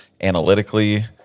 analytically